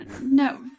no